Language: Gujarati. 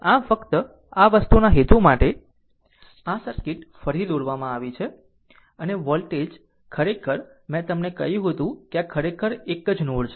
આમ ફક્ત આ વસ્તુના હેતુ માટે આ સર્કિટ ફરીથી દોરવામાં આવી છે અને વોલ્ટેજ ખરેખર આ મેં તમને કહ્યું હતું કે આ ખરેખર એક જ નોડ છે